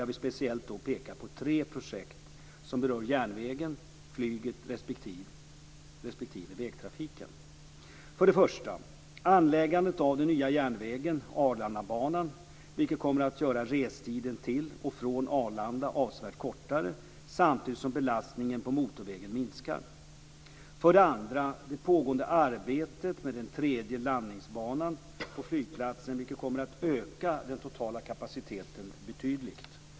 Jag vill speciellt peka på tre projekt som berör järnvägen, flyget respektive vägtrafiken. För det första anläggandet av den nya järnvägen, Arlandabanan, vilket kommer att göra restiden till och från Arlanda avsevärt kortare samtidigt som belastningen på motorvägen minskar. För det andra det pågående arbetet med den tredje landningsbanan på flygplatsen, vilket kommer öka den totala kapaciteten betydligt.